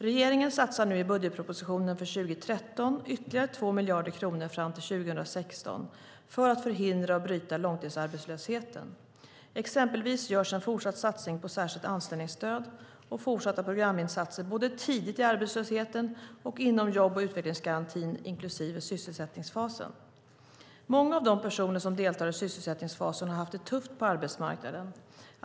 Regeringen satsar nu i budgetpropositionen för 2013 ytterligare 2 miljarder kronor fram till 2016 för att förhindra och bryta långtidsarbetslösheten. Exempelvis görs en fortsatt satsning på särskilt anställningsstöd och fortsatta programinsatser både tidigt i arbetslösheten och inom jobb och utvecklingsgarantin inklusive sysselsättningsfasen. Många av de personer som deltar i sysselsättningsfasen har haft det tufft på arbetsmarknaden.